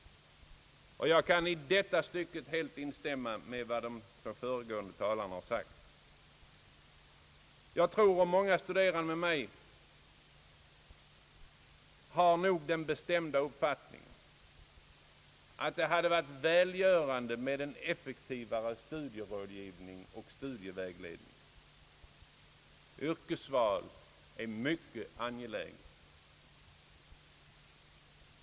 Jag kan i detta avseende helt instämma med de båda föregående talarna. Jag tror — och många studerande har nog samma uppfattning som jag — att det hade varit välgörande med en effektivare studierådgivning och studievägledning. Det är mycket angeläget med yrkesvalet.